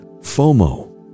FOMO